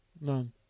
None